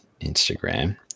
Instagram